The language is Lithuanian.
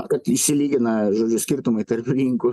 kad išsilygina žodžiu skirtumai tarp rinkų